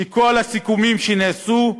שכל הסיכומים שנעשו,